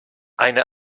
eine